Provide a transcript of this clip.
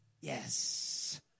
yes